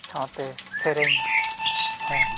ᱥᱟᱶᱛᱮ ᱥᱮᱨᱮᱧ ᱦᱚᱸ